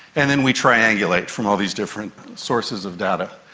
and then we triangulate from all these different sources of data.